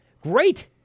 Great